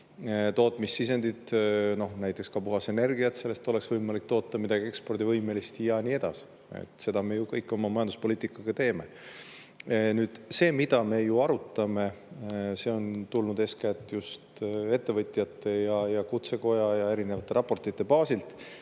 Tootmissisendid, näiteks ka puhas energia, et sellest oleks võimalik toota midagi ekspordivõimelist, ja nii edasi – seda kõike me ju oma majanduspoliitikaga teeme. Nüüd see, mida me arutame, on ju tulnud just ettevõtjatelt, Kutsekojalt ja erinevatest raportitest.